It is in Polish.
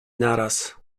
naraz